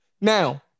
now